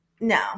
No